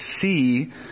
see